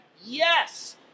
yes